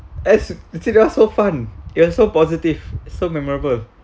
as it was so fun it was so positive so memorable